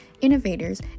innovators